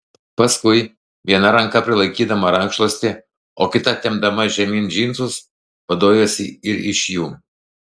paskui viena ranka prilaikydama rankšluostį o kita tempdama žemyn džinsus vaduojuosi ir iš jų